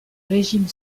régime